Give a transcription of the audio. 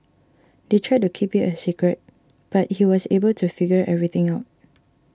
they tried to keep it a secret but he was able to figure everything out